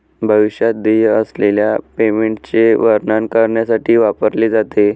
भविष्यात देय असलेल्या पेमेंटचे वर्णन करण्यासाठी वापरले जाते